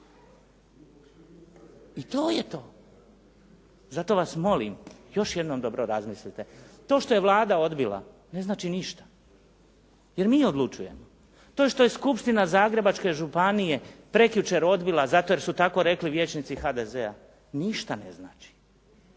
I to je to. Zato vas molim još jednom dobro razmislite. To što je Vlada odbila ne znači ništa, jer mi odlučujemo. To što je Skupština Zagrebačke županije prekjučer odbila zato jer su tako rekli vijećnici HDZ-a ništa ne znači.